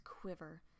quiver